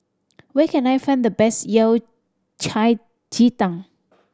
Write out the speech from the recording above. where can I find the best Yao Cai ji tang